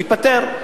הוא התפטר.